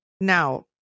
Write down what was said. Now